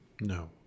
No